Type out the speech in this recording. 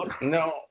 No